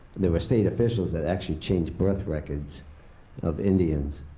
there were state officials that actually changed birth records of indians,